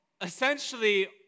essentially